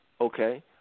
Okay